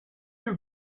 you